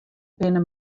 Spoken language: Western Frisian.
binne